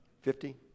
Fifty